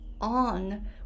on